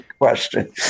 question